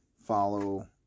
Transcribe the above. Follow